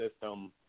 system –